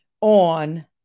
on